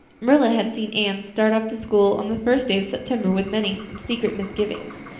marilla had seen anne start off to school on the first day of september with many secret misgivings.